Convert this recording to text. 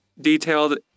detailed